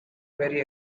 very